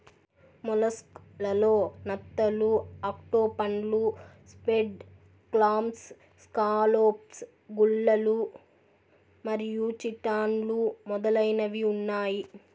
mollusc లలో నత్తలు, ఆక్టోపస్లు, స్క్విడ్, క్లామ్స్, స్కాలోప్స్, గుల్లలు మరియు చిటాన్లు మొదలైనవి ఉన్నాయి